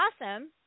awesome